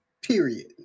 Period